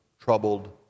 troubled